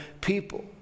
people